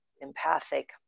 empathic